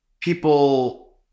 people